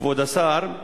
כבוד השר,